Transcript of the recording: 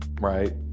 right